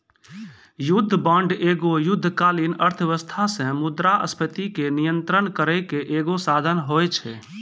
युद्ध बांड एगो युद्धकालीन अर्थव्यवस्था से मुद्रास्फीति के नियंत्रण करै के एगो साधन होय छै